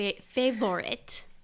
favorite